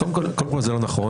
קודם כל, זה לא נכון.